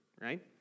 Right